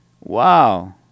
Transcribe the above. Wow